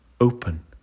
open